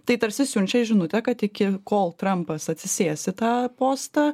tai tarsi siunčia žinutę kad iki kol trampas atsisės į tą postą